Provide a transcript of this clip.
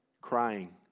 crying